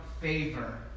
favor